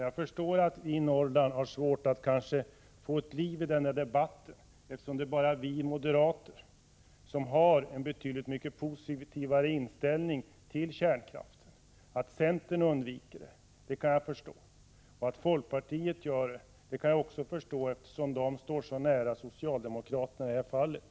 Jag förstår att vi i Norrland har svårt att få liv i debatten om den här frågan, eftersom det bara är vi moderater som har en positiv inställning till kärnkraften. Att centern undviker frågan kan jag förstå, likaså att folkpartiet gör det, eftersom folkpartisterna står så nära socialdemokraterna i det här fallet.